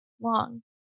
Long